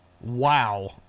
Wow